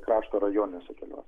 krašto rajoniniuose keliuose